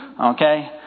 Okay